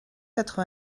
quatre